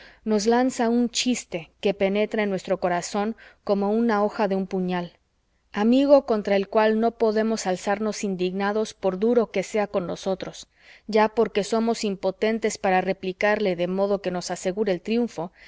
nos lanza un chiste que penetra en nuestro corazón como la hoja de un puñal amigo contra el cual no podemos alzarnos indignados por duro que sea con nosotros ya porque somos impotentes para replicarle de modo que nos asegure el triunfo